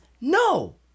no